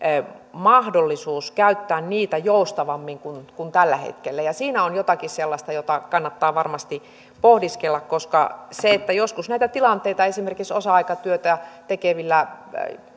mahdollisuus käyttää ansiosidonnaisia päiviä joustavammin kuin kuin tällä hetkellä siinä on jotakin sellaista jota kannattaa varmasti pohdiskella koska joskus esimerkiksi osa aikatyötä tekevillä